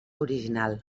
original